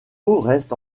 reste